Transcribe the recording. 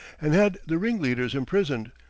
and had the ringleaders imprisoned.